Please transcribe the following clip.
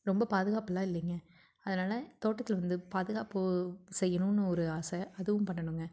ரொம்பப் பாதுகாப்பெல்லாம் இல்லைங்க அதனால் தோட்டத்தில் வந்து பாதுகாப்பு செய்யணுன்னு ஒரு ஆசை அதுவும் பண்ணணுங்க